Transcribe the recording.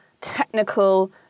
technical